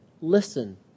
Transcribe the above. listen